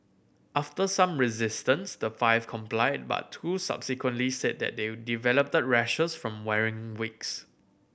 after some resistance the five complied but two subsequently said that they developed rashes from wearing wigs